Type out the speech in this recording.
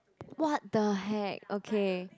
what the heck okay